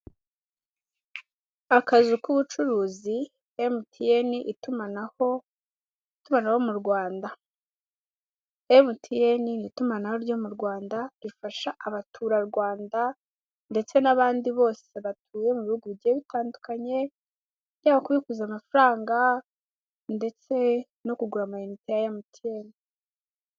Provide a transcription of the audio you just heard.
Akazu k'ubucuruzi MTN itumanaho mu Rwanda. MTN ni itumanaho ryo mu Rwanda rifasha abaturarwanda ndetse n'abandi bose batuye mu bihugu bihe bitandukanye, byaba kubiguza amafaranga ndetse no kugura amayinite ya MTN.